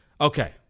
Okay